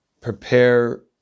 prepare